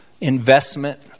investment